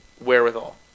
wherewithal